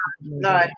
no